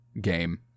game